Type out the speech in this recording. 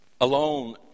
alone